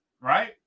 Right